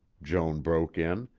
joan broke in.